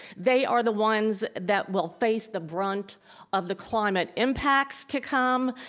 they are the ones that will face the brunt of the climate impacts to come,